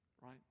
right